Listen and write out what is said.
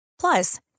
Plus